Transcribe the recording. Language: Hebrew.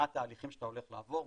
מה התהליכים שאתה הולך לעבור,